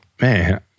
man